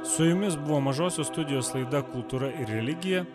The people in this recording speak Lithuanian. su jumis buvo mažosios studijos laida kultūra ir religija